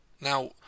now